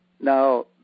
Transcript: Now